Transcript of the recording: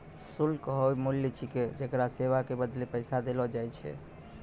शुल्क हौअ मूल्य छिकै जेकरा सेवा के बदले पैसा देलो जाय छै